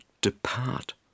depart